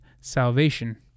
salvation